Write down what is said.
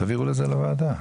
תעבירו אותם לוועדה,